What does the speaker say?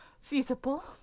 feasible